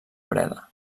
breda